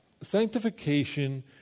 sanctification